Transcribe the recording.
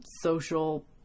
social